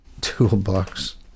toolbox